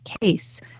case